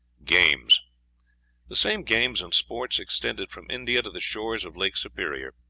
games the same games and sports extended from india to the shores of lake superior.